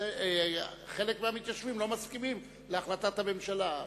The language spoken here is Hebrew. וחלק מהמתיישבים לא מסכימים להחלטת הממשלה.